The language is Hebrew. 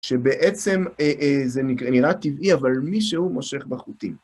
שבעצם זה נראה טבעי, אבל מישהו מושך בחוטים.